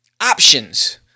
options